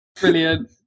brilliant